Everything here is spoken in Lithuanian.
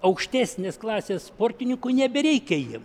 aukštesnės klasės sportininkų nebereikia jiem